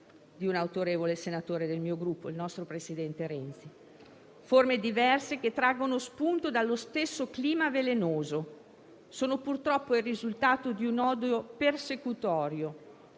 di un autorevole senatore del mio Gruppo, il nostro presidente Renzi. Forme diverse che traggono spunto dallo stesso clima velenoso sono purtroppo il risultato di un odio persecutorio